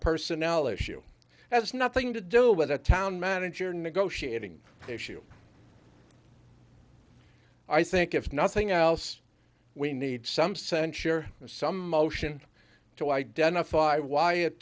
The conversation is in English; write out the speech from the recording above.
personnel issue has nothing to do with the town manager negotiating issue i think if nothing else we need some censure and some motion to identify why it